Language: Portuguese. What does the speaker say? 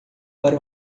para